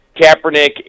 Kaepernick